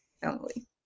family